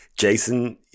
Jason